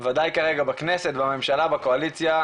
ודאי כרגע בכנסת ובממשלה בקואליציה,